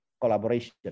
collaboration